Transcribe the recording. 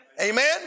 Amen